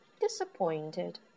disappointed